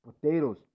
potatoes